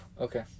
Okay